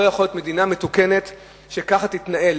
ולא יכול להיות שמדינה מתוקנת ככה תתנהל.